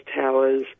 towers